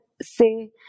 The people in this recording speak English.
say